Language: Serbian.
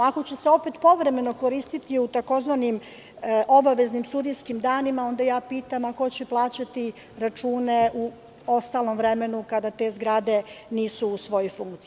Ako će se opet povremeno koristiti u tzv. obaveznim sudijskim danima, onda pitam – ko će plaćati račune u ostalom vremenu kada te zgrade nisu u svojoj funkciji?